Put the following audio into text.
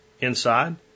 inside